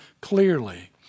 clearly